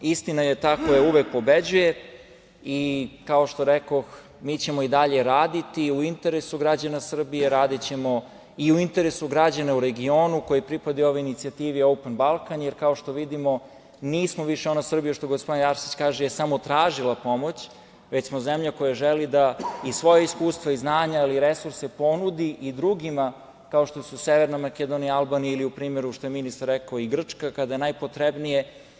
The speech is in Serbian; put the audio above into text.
Istina je ta koja uvek pobeđuje i, kao što rekoh, mi ćemo i dalje raditi u interesu građana Srbije, radićemo i u interesu građana u regionu koji pripadaju ovoj inicijativi „Otvoreni Balkan“, jer, kao što vidimo, nismo više ona Srbija, što gospodin Arsić kaže, koja je samo tražila pomoć, već smo zemlja koja želi svoja iskustva i znanja, ali i resurse ponudi i drugima, kao što su Severna Makedonija, Albanija ili u primeru, kao što je ministar rekao, Grčka kada je najpotrebnije.